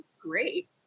Great